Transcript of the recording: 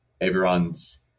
everyone's